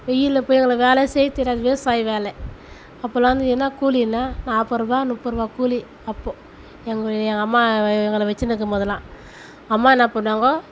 வெயிலில் போய் எங்களுக்கு வேலையே செய்ய தெரியாது விவசாய வேலை அப்பெல்லாம் வந்து என்ன கூலினால் நாற்ப ருபாய் முப்ப ருபா கூலி அப்போது எங்கள் எங்கள் அம்மா எங்களை வச்சுனு இருக்கும்போதெலாம் அம்மா என்ன பண்ணுவாங்க